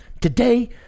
Today